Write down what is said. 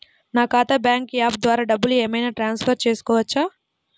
నా ఖాతా bank app ద్వారా డబ్బులు ఏమైనా ట్రాన్స్ఫర్ పెట్టుకోవచ్చా?